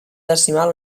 decimal